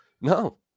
no